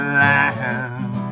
land